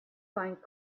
find